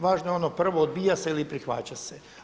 Važno je ono prvo odbija se ili prihvaća se.